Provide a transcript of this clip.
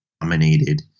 dominated